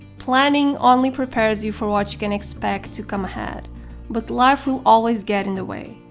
planning only prepares you for what you can expect to come ahead but life will always get in the way.